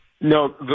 No